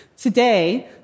Today